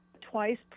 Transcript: twice